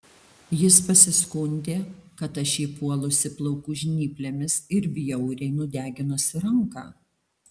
jis pasiskundė kad aš jį puolusi plaukų žnyplėmis ir bjauriai nudeginusi ranką